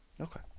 Okay